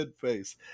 face